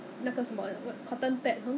very high rating so 就买 lah